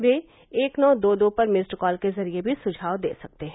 वे एक नौ दो दो पर मिस्ड कॉल के जरिए भी सुझाव दे सकते हैं